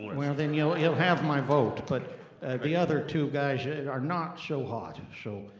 well then youill ah youill have my vote but the other two guys yeah and are not so hot and so,